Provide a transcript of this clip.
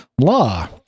law